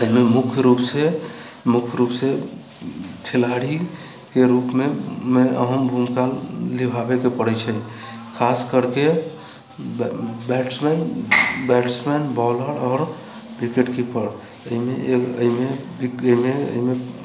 एहिमे मुख्य रूप से खेलाड़ीके रूपमे अहम भूमिका निभाबैके पड़ैत छै खास करके बैट्समैन बॉलर आओर विकेटकीपर एहिमे